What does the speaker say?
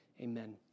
Amen